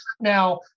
Now